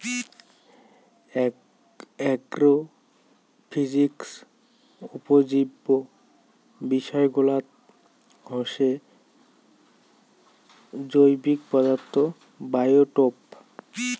agrophysics উপজীব্য বিষয়গুলাত হসে জৈবিক পদার্থ, বায়োটোপ